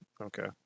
Okay